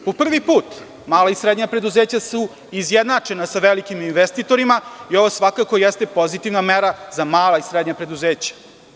Po prvi put, mala i srednja preduzeća su izjednačena sa velikim investitorima i ovo svakako jeste pozitivna mera za mala i srednja preduzeća.